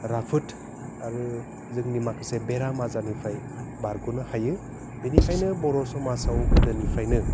राफोद आरो जोंनि माखासे बेराम आजारनिफ्राय बारगनो हायो बिनिखायनो बर' समाजआव गोदोनिफ्रायनो